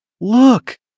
Look